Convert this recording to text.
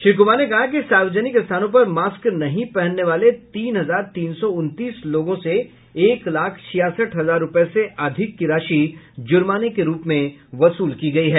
श्री कुमार ने कहा कि सार्वजनिक स्थानों पर मास्क नहीं पहनने वाले तीन हजार तीन सौ उनतीस लोगों से एक लाख छियासठ हजार रुपए से अधिक की राशि जुर्माने के रूप में वसूल की गयी है